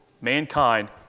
mankind